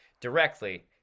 directly